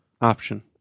option